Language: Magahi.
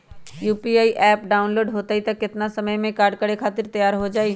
यू.पी.आई एप्प डाउनलोड होई त कितना समय मे कार्य करे खातीर तैयार हो जाई?